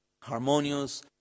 harmonious